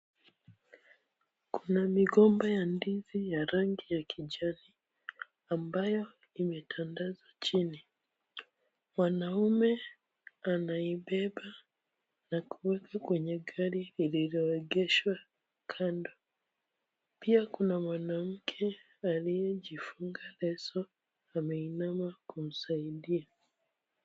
Kuna migomba ya ndizi ya rangi ya kijani ambayo imetandazwa chini. Mwanaume anaibeba na kuweka kwenye gari lililoegeshwa kando. Pia kuna mwanamke aliyejifunga leso ameinama kumsaidia.